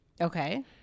Okay